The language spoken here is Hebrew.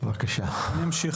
אני אמשיך,